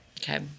Okay